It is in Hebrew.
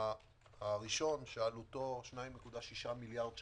הראשון, שעלותו 2.6 מיליארד שקלים,